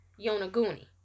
Yonaguni